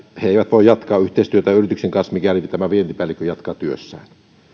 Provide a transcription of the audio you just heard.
voi jatkaa yhteistyötä yrityksen kanssa mikäli tämä vientipäällikkö jatkaa työssään